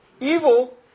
evil